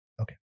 Okay